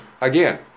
again